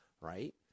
right